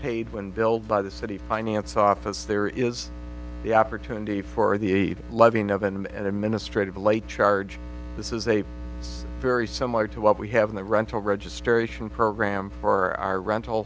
paid when billed by the city finance office there is the opportunity for the loving of and administrative late charge this is a very similar to what we have in the rental registration program for our rental